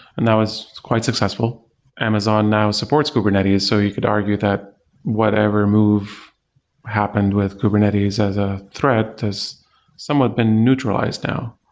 and that was quite successful amazon now supports kubernetes, so you could argue that whatever move happened with kubernetes as a threat has somewhat been neutralized now,